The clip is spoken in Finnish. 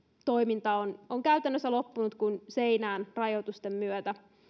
toiminta on on käytännössä loppunut kuin seinään rajoitusten myötä